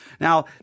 Now